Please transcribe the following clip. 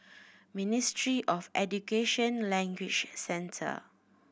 Ministry of Education Language Centre